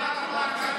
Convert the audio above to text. תודה רבה, גדי.